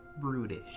brutish